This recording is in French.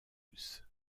cruz